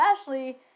Ashley